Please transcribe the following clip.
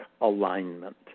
alignment